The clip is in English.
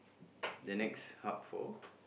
the next hub for